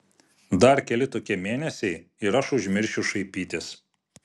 dar keli tokie mėnesiai ir aš užmiršiu šaipytis